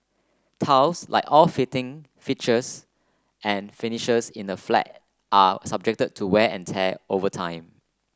tiles like all fittings fixtures and finishes in a flat are subject to wear and tear over time